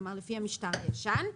כלומר לפי המשטר הישן,